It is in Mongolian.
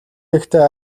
ихтэй